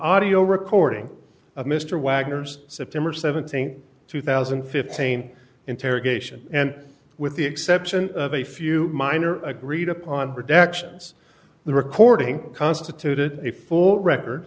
audio recording of mr wagner's september th two thousand and fifteen interrogation and with the exception of a few minor agreed upon productions the recording constituted a full record